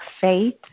faith